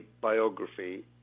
biography